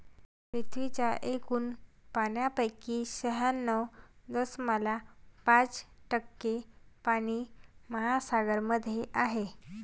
पृथ्वीच्या एकूण पाण्यापैकी शहाण्णव दशमलव पाच टक्के पाणी महासागरांमध्ये आहे